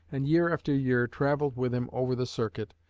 and year after year travelled with him over the circuit,